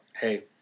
hey